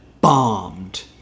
bombed